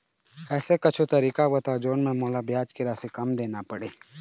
ऐसे कुछू तरीका बताव जोन म मोला ब्याज के राशि कम देना पड़े?